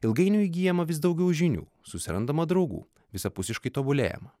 ilgainiui įgyjama vis daugiau žinių susirandama draugų visapusiškai tobulėjama